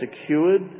secured